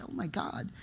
my god!